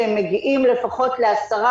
שהם מגיעים לפחות לעשר,